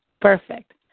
perfect